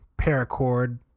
paracord